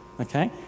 okay